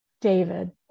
David